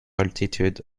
altitude